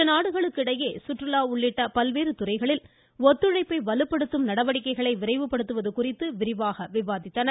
இருநாடுகளுக்கு இடையே சுற்றுலா உள்ளிட்ட பல்வேறு துறைகளில் ஒத்துழைப்பை வலுப்படுத்தும் நடவடிக்கைகளை விரைவுபடுத்துவது குறித்து விரிவாக விவாதித்தனர்